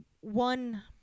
one